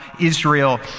Israel